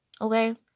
Okay